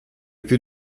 più